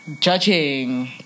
Judging